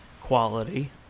quality